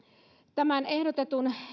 tämän ehdotetun